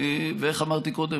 איך אמרתי קודם?